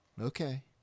Okay